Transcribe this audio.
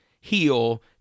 heal